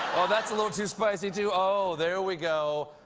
oh, that's a little too spicey, too. oh, there we go.